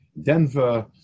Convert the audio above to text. Denver